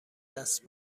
دست